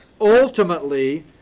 ultimately